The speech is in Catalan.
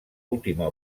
última